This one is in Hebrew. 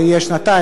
אם זה יהיה שנתיים,